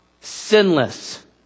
sinless